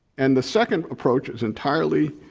and the second approach is entirely